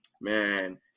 man